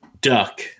duck